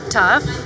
tough